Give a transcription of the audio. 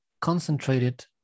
concentrated